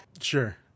Sure